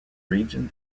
region